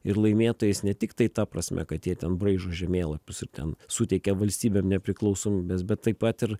ir laimėtojais ne tiktai ta prasme kad jie ten braižo žemėlapius ir ten suteikia valstybėm nepriklausomybes bet taip pat ir